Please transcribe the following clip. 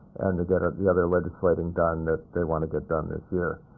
and to get the other legislating done that they want to get done this year.